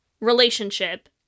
relationship